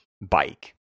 bike